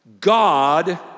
God